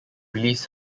release